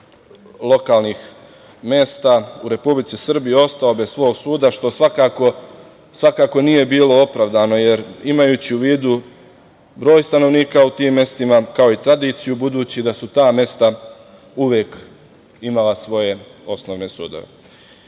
lokalnih mesta u Republici Srbiji ostao bez svog suda što svakako nije bilo opravdano, imajući u vidu broj stanovnika u tim mestima, kao i tradiciju, budući da su ta mesta uvek imala svoje osnovne